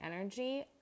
energy